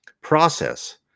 process